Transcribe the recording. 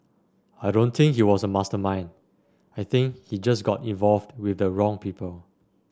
I don't think he was a mastermind I think he just got involved with the wrong people